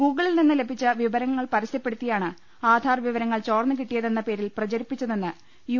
ഗൂഗിളിൽ നിന്ന് ലഭിച്ച വിവരങ്ങൾ പരസ്യ പ്പെടുത്തിയാണ് ആധാർ വിവരങ്ങൾ ചോർന്ന് കിട്ടിയതെന്ന പേരിൽ പ്രചരിപ്പിച്ചതെന്ന് യു